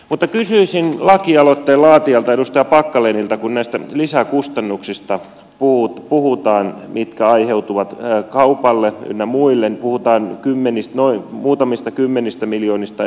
mutta kysyisin lakialoitteen laatijalta edustaja packalenilta kun puhutaan näistä lisäkustannuksista muutamista kymmenistä miljoonista euroista jotka aiheutuvat kaupalle ynnä muille puhutaan kymmenistä vain muutamista kymmenistä muuta